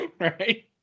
Right